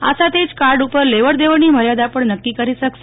આ સાથે જ કાર્ડ ઉપર લેવડ દેવડની મર્યાદા પણ નક્કી કરી શકશે